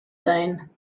dane